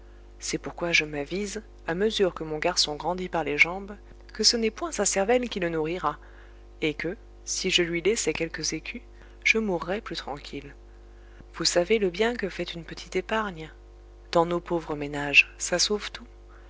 c'est pourquoi je m'avise à mesure que mon garçon grandit par les jambes que ce n'est point sa cervelle qui le nourrira et que si je lui laissais quelques écus je mourrais plus tranquille vous savez le bien que fait une petite épargne dans nos pauvres ménages ça sauve tout